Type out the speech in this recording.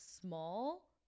small